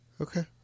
okay